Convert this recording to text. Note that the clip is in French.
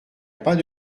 pas